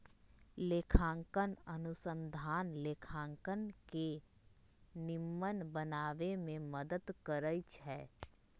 लेखांकन अनुसंधान लेखांकन के निम्मन बनाबे में मदद करइ छै